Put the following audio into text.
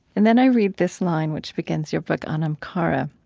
and then i read this line, which begins your book, anam cara,